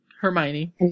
Hermione